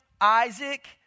Isaac